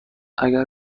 اگر